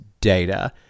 data